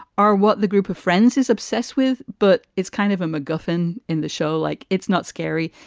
are what the group of friends is obsessed with. but it's kind of a mcguffin in the show, like it's not scary.